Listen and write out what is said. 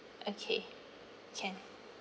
okay can